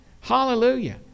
Hallelujah